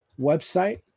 website